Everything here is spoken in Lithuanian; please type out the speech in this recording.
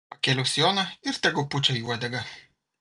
pakėliau sijoną ir tegu pučia į uodegą